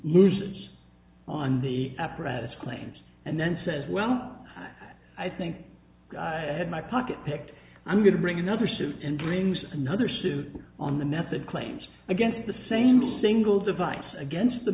loses on the apparatus claims and then says well i think i had my pocket picked i'm going to bring another suit and brings another suit on the method claims against the same single device against the